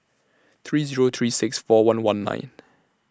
three Zero three six four one one nine